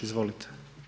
Izvolite.